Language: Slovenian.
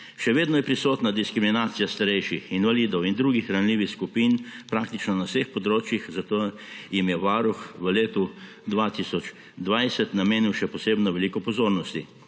Še vedno je prisotna diskriminacija starejših, invalidov in drugih ranljivih skupin praktično na vseh področjih, zato jim je Varuh v letu 2020 namenil še posebno veliko pozornosti.